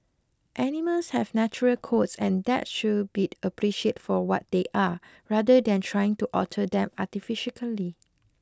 animals have natural coats and that should be appreciate for what they are rather than trying to alter them artificially